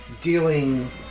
Dealing